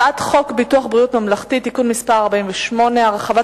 הצעת חוק ביטוח בריאות ממלכתי (תיקון מס' 48) (הרחבת